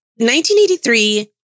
1983